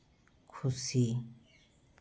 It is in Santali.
ᱠᱷᱩᱥᱤ